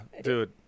dude